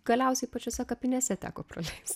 galiausiai pačiose kapinėse teko praleist